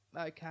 Okay